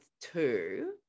two